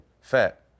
fat